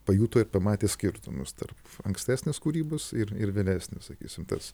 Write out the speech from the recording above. pajuto ir pamatė skirtumus tarp ankstesnės kūrybos ir ir vėlesnės sakysim tas